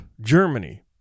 Germany